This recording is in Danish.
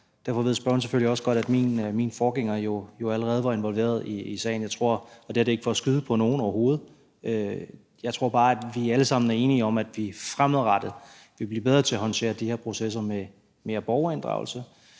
derfor ved spørgeren selvfølgelig også godt, at min forgænger jo allerede var involveret i sagen. Det her er ikke for at skyde på nogen overhovedet, men jeg tror bare, at vi alle sammen er enige om, at vi fremadrettet skal blive bedre til at håndtere de her processer med mere borgerinddragelse